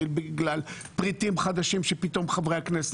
אם בגלל פריטים חדשים שפתאום חברי הכנסת